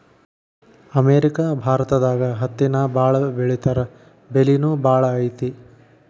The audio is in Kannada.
ಅಮೇರಿಕಾ ಭಾರತದಾಗ ಹತ್ತಿನ ಬಾಳ ಬೆಳಿತಾರಾ ಬೆಲಿನು ಬಾಳ ಐತಿ